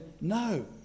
no